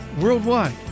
worldwide